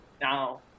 Now